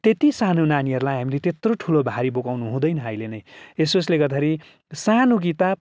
त्यत्ति सानो नानीहरूलाई हामीले त्यत्रो ठुलो भारी बोकाउनु हुँदैन अहिले नै यसोस्ले गर्दाखेरि सानो किताब